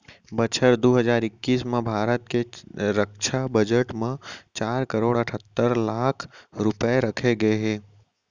बछर दू हजार इक्कीस म भारत के रक्छा बजट म चार करोड़ अठत्तर लाख रूपया रखे गए हे